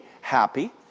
happy